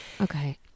Okay